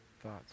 thoughts